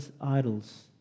idols